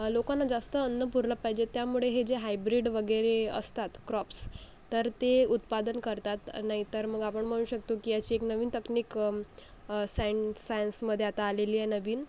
लोकांना जास्त अन्न पुरलं पाहिजे त्यामुळे हे जे हायब्रीड वगैरे असतात क्रॉप्स तर ते उत्पादन करतात नाहीतर मग आपण म्हणू शकतो की अशी एक नवीन तक्निक सायन्स सायन्समध्ये आता आलेली आहे नवीन